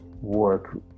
work